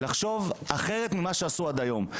לחשוב אחרת ממה שעשו עד היום,